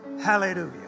Hallelujah